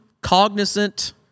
cognizant